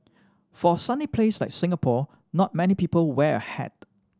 for a sunny place like Singapore not many people wear a hat